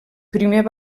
primer